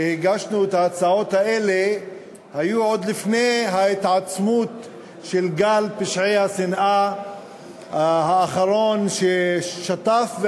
הגשנו את ההצעות האלה עוד לפני ההתעצמות של גל פשעי השנאה האחרון ששטף,